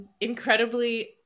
incredibly